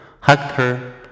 Hector